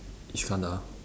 Iskandar